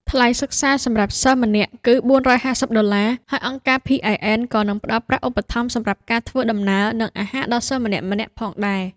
ថ្លៃសិក្សាសម្រាប់សិស្សម្នាក់គឺ ៤៥០ ដុល្លារ ហើយអង្គការ PIN ក៏នឹងផ្តល់ប្រាក់ឧបត្ថម្ភសម្រាប់ការធ្វើដំណើរនិងអាហារដល់សិស្សម្នាក់ៗផងដែរ”។